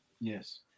Yes